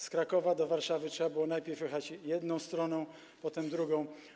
Z Krakowa do Warszawy trzeba było najpierw jechać jedną stroną, potem drugą.